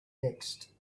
next